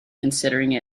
considering